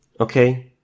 Okay